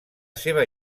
seva